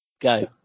Go